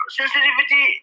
sensitivity